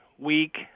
week